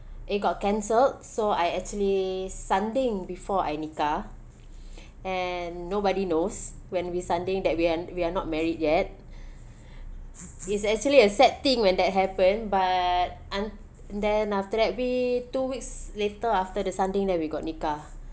it got cancelled so I actually sanding before I nikah and nobody knows when we sanding that we're we're not married yet is actually a sad thing when that happened but un~ then after that we two weeks later after the sanding then we got nikah